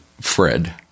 Fred